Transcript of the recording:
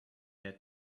had